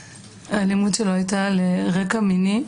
--- (בוכה) בגלל שהאלימות שלו הייתה על רקע מיני,